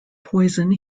poison